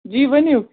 جی ؤنِو